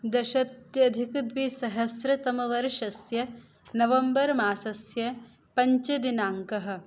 दशाधिकद्विसहस्रतमवर्षस्य नवम्बर् मासस्य पञ्चमदिनाङ्कः